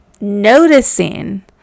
noticing